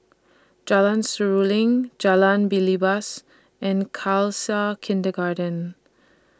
Jalan Seruling Jalan Belibas and Khalsa Kindergarten